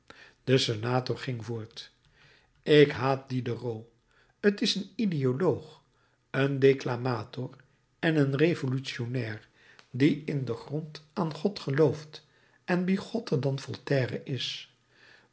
de senator ging voort ik haat diderot t is een idéoloog een declamator en een revolutionnair die in den grond aan god gelooft en bigotter dan voltaire is